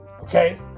okay